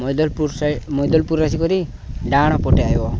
ମଇଦଲପୁର ମଇଦଲପୁର ଆସିିକରି ଡାହାଣ ପଟେ ଆସିବ